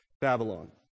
Babylon